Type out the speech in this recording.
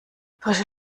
frische